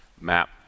map